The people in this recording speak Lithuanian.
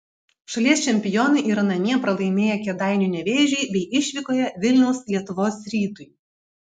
šalies čempionai yra namie pralaimėję kėdainių nevėžiui bei išvykoje vilniaus lietuvos rytui